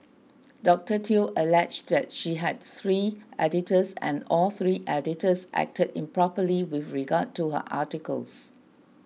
Doctor Teo alleged that she had three editors and all three editors acted improperly with regard to her articles